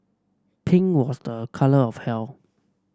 pink was a colour of health